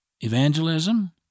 evangelism